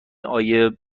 آیه